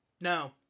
no